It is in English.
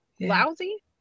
lousy